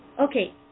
Okay